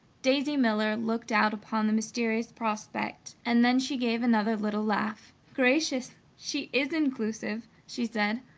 daisy miller looked out upon the mysterious prospect and then she gave another little laugh. gracious! she is exclusive! she said.